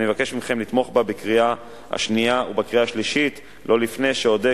ואני מבקש מכם לתמוך בה בקריאה השנייה ובקריאה שלישית לא לפני שאודה,